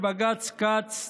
בבג"ץ כץ,